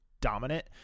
dominant